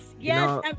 yes